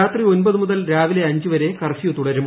രാത്രി ഒൻപത് മുതൽ രാവിലെ അഞ്ച് വരെ കർഫ്യൂ തുടരും